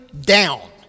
down